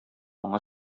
моңа